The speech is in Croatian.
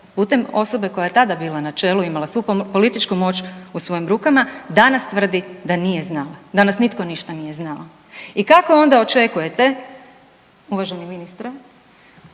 putem osobe koja je tada bila na čelu i imala svu političku moć u svojim rukama danas tvrdi da nije znala, danas nitko ništa nije znao. I kako onda očekujete uvaženi ministre